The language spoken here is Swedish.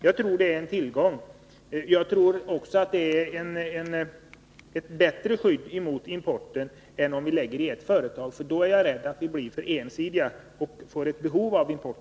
Jag tror att det är en tillgång, och jag tror också att det innebär ett bättre skydd mot importen än om vi lägger tillverkningen i ett enda företag. Jag är rädd för att vi i så fall skulle bli för ensidiga och i stället få ett behov av import.